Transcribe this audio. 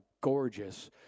gorgeous